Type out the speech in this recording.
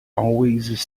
always